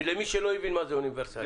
למי שלא הבין מה זה אוניברסלי.